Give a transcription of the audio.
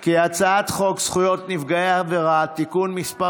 כי חוק זכויות נפגעי עבירה (תיקון מס'